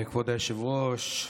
כבוד היושב-ראש,